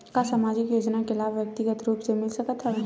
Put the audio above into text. का सामाजिक योजना के लाभ व्यक्तिगत रूप ले मिल सकत हवय?